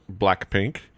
Blackpink